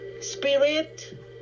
spirit